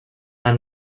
are